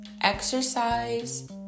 Exercise